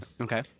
Okay